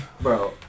Bro